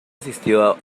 asistió